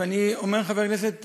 ואני אומר לחבר הכנסת בר-לב: